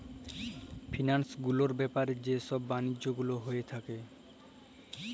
ফিলালস গুলার ব্যাপারে যে ছব বালিজ্য গুলা হঁয়ে থ্যাকে